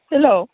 hello